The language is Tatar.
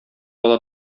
ала